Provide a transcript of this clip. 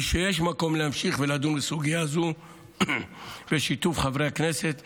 היא שיש מקום להמשיך ולדון בסוגיה זו בשיתוף חברי הכנסת המציעים,